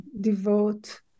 devote